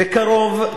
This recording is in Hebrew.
בקרוב,